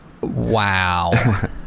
Wow